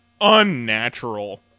unnatural